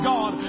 God